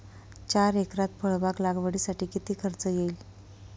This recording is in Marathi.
चार एकरात फळबाग लागवडीसाठी किती खर्च येईल?